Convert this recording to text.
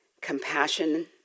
compassion